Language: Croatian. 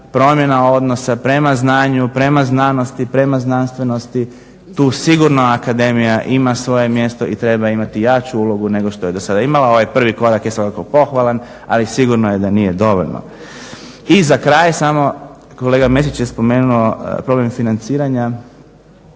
promjena odnosa prema znanju, prema znanosti, prema znanstvenosti. Tu sigurno akademija ima svoje mjesto i treba imati jaču ulogu nego što je do sada imala. Ovaj prvi korak je svakako pohvalan, ali sigurno je da nije dovoljno. I za kraj samo, kolega Mesić je spomenuo problem financiranja.